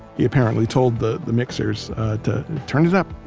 he apparently told the the mixers to turn it up,